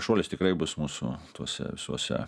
šuolis tikrai bus mūsų tose visose